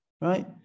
right